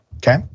Okay